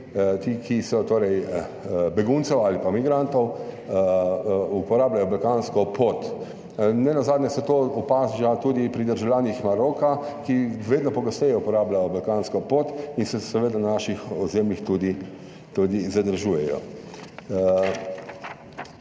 torej beguncev ali pa migrantov uporabljajo balkansko pot. Nenazadnje se to opaža tudi pri državljanih Maroka, ki vedno pogosteje uporabljajo balkansko pot in se seveda na naših ozemljih tudi zadržujejo.